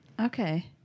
Okay